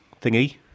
thingy